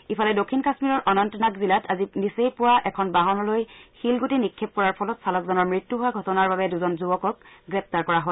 ইফালে দক্ষিণ কাশ্মীৰৰ অনন্তনাগ জিলাত আজি নিচেই পুৱা এখন বাহনলৈ শিলগুটি নিক্ষেপ কৰাৰ ফলত চালকজনৰ মৃত্যু হোৱা ঘটনাৰ বাবে দুজন যুৱকক গ্ৰেপ্তাৰ কৰা হয়